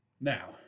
Now